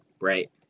right